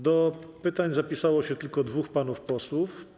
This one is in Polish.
Do pytań zapisało się tylko dwóch panów posłów.